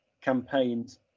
campaigns